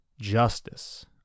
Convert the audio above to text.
justice